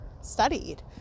studied